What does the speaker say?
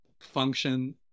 function